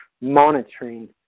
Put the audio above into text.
monitoring